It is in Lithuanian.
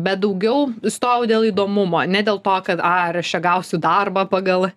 bet daugiau stojau dėl įdomumo ne dėl to kad ar aš čia gausiu darbą pagal